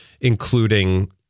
including